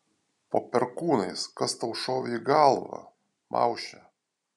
po perkūnais kas tau šovė į galvą mauše